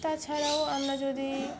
তাছাড়াও আমরা যদি